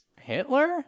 Hitler